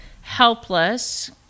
helpless